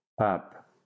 up